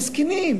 מסכנים,